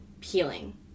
healing